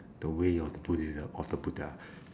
the way of the buddhism of the buddha